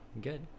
Good